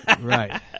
right